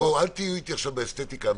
אל תהיו איתי עכשיו באסתטיקה המשפטית.